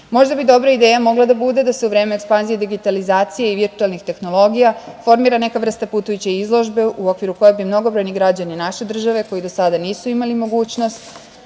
možda bi dobra ideja mogla da bude da se u vreme ekspanzije digitalizacije i virtuelnih tehnologija formira neka vrsta putujuće izložbe u okviru koje bi mnogobrojni građani naše države, koji do sada nisu imali mogućnost,